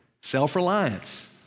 self-reliance